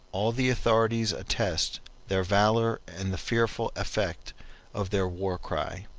all the authorities attest their valor and the fearful effect of their war cry.